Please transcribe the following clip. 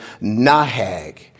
nahag